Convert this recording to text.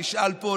נשאל פה,